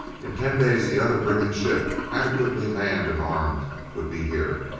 in ten days the other brigand ship, adequately manned and armed, would be here.